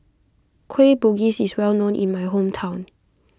Kueh Bugis is well known in my hometown